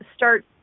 Start